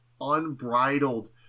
unbridled